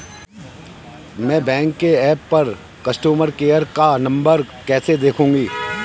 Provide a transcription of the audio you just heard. मैं बैंक के ऐप पर कस्टमर केयर का नंबर कैसे देखूंगी?